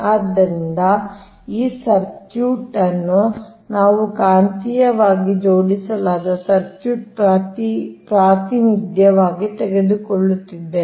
ಆದ್ದರಿಂದ ಈ ಸರ್ಕ್ಯೂಟ್ ಅನ್ನು ನಾವು ಕಾಂತೀಯವಾಗಿ ಜೋಡಿಸಲಾದ ಸರ್ಕ್ಯೂಟ್ ಪ್ರಾತಿನಿಧ್ಯವಾಗಿ ತೆಗೆದುಕೊಳ್ಳುತ್ತಿದ್ದೇವೆ